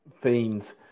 fiends